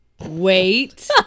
wait